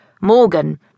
Morgan